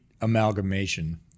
amalgamation